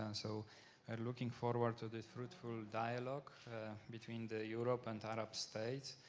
um so looking forward to the fruitful dialogue between the europe and arab states.